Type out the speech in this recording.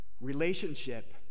relationship